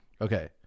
Okay